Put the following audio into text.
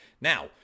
Now